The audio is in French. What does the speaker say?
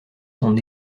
son